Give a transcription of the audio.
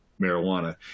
marijuana